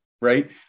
right